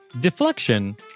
Deflection